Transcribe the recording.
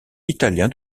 italien